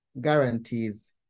guarantees